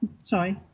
sorry